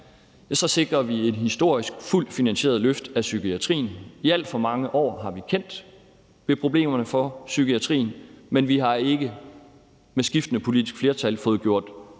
sikrer vi et historisk fuldt finansieret løft af psykiatrien. I alt for mange år har vi kendt til problemerne for psykiatrien, men vi har ikke med skiftende politiske flertal fået gjort